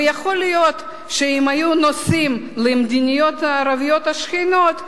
ויכול להיות שאם היו נוסעים למדינות הערביות השכנות,